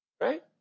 right